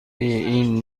این